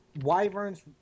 Wyverns